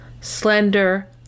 slender